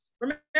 Remember